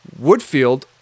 Woodfield